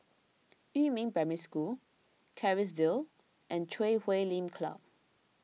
Yumin Primary School Kerrisdale and Chui Huay Lim Club